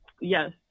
yes